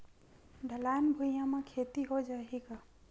ढलान भुइयां म खेती हो जाही का?